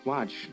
Watch